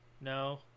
No